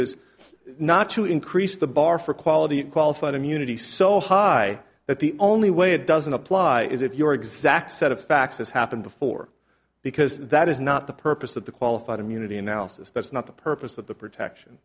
is not to increase the bar for quality and qualified immunity so high that the only way it doesn't apply is if your exact set of facts has happened before because that is not the purpose of the qualified immunity analysis that's not the purpose of the protection